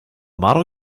model